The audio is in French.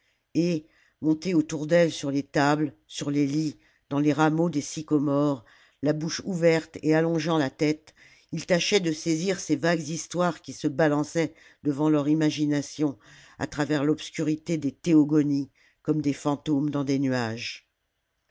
et montés autour d'elle sur les tables sur les lits dans les rameaux des sycomores la bouche ouverte et allongeant la tête ils tâchaient de saisir ces vagues histoires qui se balançaient devant leur imagination à travers l'obscurité des théogonies comme des fantômes dans les nuages